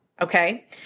Okay